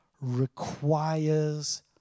requires